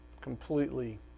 completely